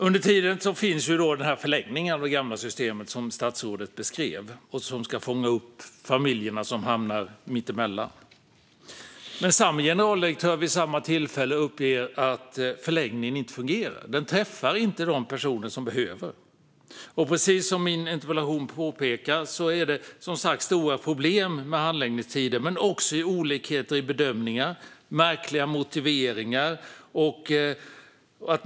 Under tiden förlängs, som statsrådet beskrev, det gamla systemet för att fånga upp de familjer som hamnar mitt emellan. Vid samma tillfälle uppger dock samme generaldirektör att förlängningen inte fungerar. Den träffar inte de personer som behöver stöd. Precis som jag påpekar i min interpellation är det stora problem med handläggningstider men också med olikheter i bedömningar och märkliga motiveringar.